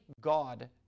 God